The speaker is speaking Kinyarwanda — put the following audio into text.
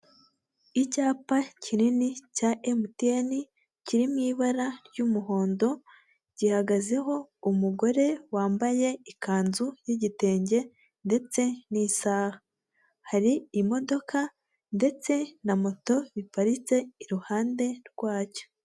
Icyapa kinini cya MTN kiri mu ibara ry'umuhondo gihagazeho umugore wambaye ikanzu y'igitenge ndetse n'isaha, hari imodoka ndetse na moto biparitse iruhande rwacyo.